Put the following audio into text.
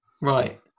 Right